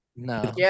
No